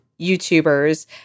YouTubers